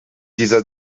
dieser